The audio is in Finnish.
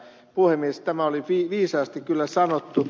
puhemies tämä oli viisaasti kyllä sanottu